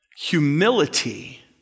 Humility